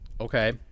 Okay